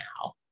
now